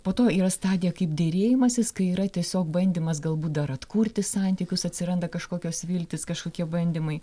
po to yra stadija kaip derėjimasis kai yra tiesiog bandymas galbūt dar atkurti santykius atsiranda kažkokios viltys kažkokie bandymai